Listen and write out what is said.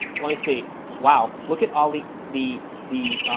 like see wow look at all the the the